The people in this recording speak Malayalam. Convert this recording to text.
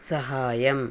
സഹായം